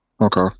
Okay